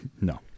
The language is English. no